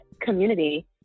community